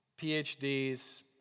PhDs